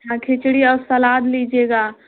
हाँ खिचड़ी और सलाद लिजीएगा